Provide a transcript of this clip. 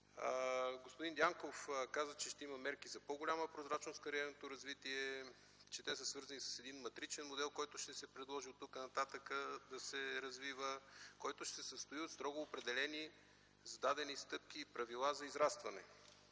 Господин Дянков каза, че ще има мерки за по-голяма прозрачност в кариерното развитие, че са свързани с матричен модел, който ще се предложи да се развива оттук нататък. Той ще се състои от строго определени зададени стъпки и правила за израстване,